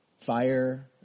fire